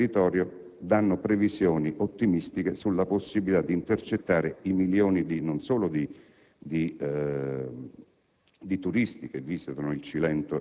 I tecnici e il territorio danno previsioni ottimistiche sulla possibilità di intercettare i milioni di turisti,